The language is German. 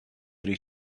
durch